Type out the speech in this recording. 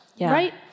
right